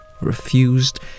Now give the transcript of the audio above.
refused